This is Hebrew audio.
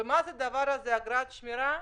ומה זה הדבר הזה, "אגרת שמירה",